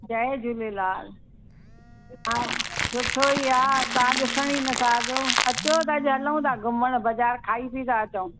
जय झूलेलाल हा सुठो ई आहे तव्हां ॾिसण ई नथा अचो अचो त अॼु हलूं था घुमण बज़ारि खाई पी था अचूं